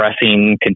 pressing